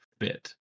fit